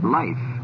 life